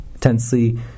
tensely